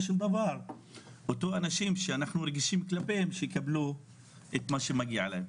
של דבר אותם אנשים שאנחנו רגישים כלפיהם שיקבלו את מה שמגיע להם.